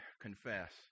confess